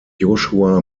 joshua